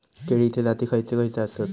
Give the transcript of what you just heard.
केळीचे जाती खयचे खयचे आसत?